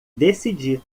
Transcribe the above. decidi